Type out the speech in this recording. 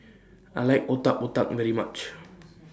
I like Otak Otak very much